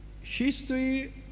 history